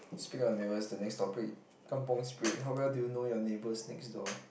speak up your neighbours the next topic kampung spirit how well do you know your neighbours next door